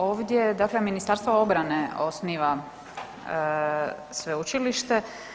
Ovdje, dakle Ministarstvo obrane osniva sveučilište.